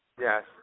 Yes